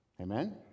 Amen